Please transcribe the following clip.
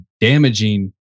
damaging